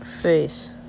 face